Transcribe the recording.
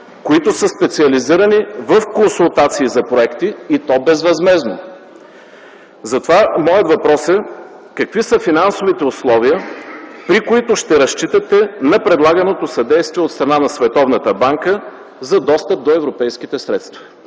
които са специализирани в консултации за проекти и то безвъзмездно. Затова моят въпрос е: Какви са финансовите условия, при които ще разчитате на предлаганото съдействие от страна на Световната банка за достъп до европейските средства?